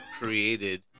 created